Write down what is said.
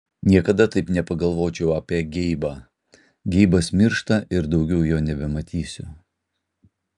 niekada taip nepagalvočiau apie geibą geibas miršta ir daugiau jo nebematysiu